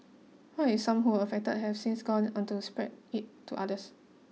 what if some who were infected have since gone on to spread it to others